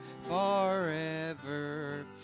forever